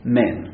men